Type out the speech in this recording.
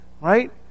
Right